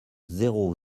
zéro